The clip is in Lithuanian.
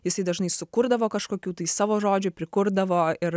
jisai dažnai sukurdavo kažkokių tai savo žodžių prikurdavo ir